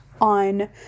on